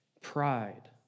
pride